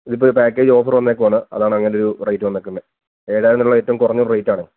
ഇത് ഇപ്പോൾ ഈ പേക്കേജ് ഓഫര് വന്നേക്കുവാണ് അതാണ് അങ്ങനെ ഒരു റേറ്റ് വന്നേക്കുന്നത് ഏഴായിരം എന്നുള്ളത് ഏറ്റവും കുറഞ്ഞ ഒരു റേറ്റ് ആണ്